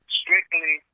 strictly